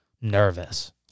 nervous